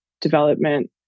development